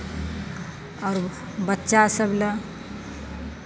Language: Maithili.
आओर बच्चासभ लए